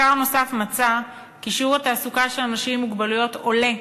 מחקר נוסף מצא כי שיעור התעסוקה של אנשים עם מוגבלויות עולה